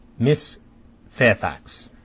miss fairfax.